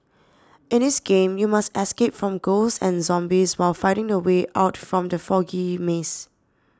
in this game you must escape from ghosts and zombies while finding the way out from the foggy maze